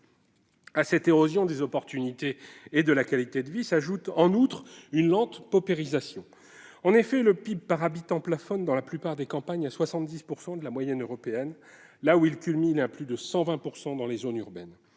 À cette érosion des chances et de la qualité de vie s'ajoute en outre une lente paupérisation. En effet, le PIB par habitant plafonne dans la plupart des campagnes à 70 % de la moyenne européenne, alors qu'il culmine à plus de 120 % de cette moyenne